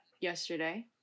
yesterday